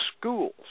schools